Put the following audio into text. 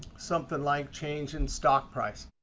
something like change in stock prices.